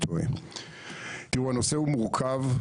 תראו, הנושא הוא מורכב.